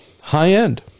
high-end